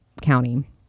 county